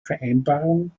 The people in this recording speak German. vereinbarung